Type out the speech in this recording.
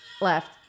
left